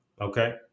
okay